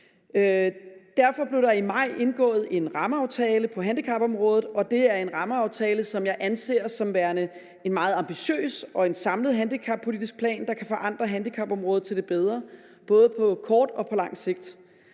Derfor blev der i maj indgået en rammeaftale på handicapområdet, og det er en rammeaftale, som jeg anser som værende en meget ambitiøs og samlet handicappolitisk plan, der kan forandre handicapområdet til det bedre, både på kort og på lang sigt.